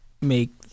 make